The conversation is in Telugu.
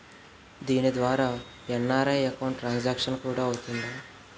దీని ద్వారా ఎన్.ఆర్.ఐ అకౌంట్ ట్రాన్సాంక్షన్ కూడా అవుతుందా?